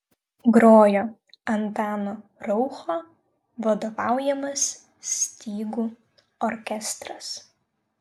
grojo antano raucho vadovaujamas stygų orkestras